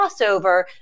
crossover